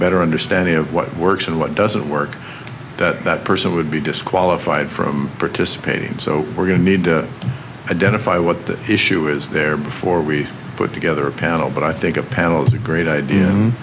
better understanding of what works and what doesn't work that that person would be disqualified from participating so we're going to need to identify what the issue is there before we put together a panel but i think a panel is a great idea